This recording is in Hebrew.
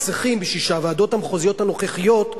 צריכים כדי שהוועדות המחוזיות הנוכחיות יאשרו?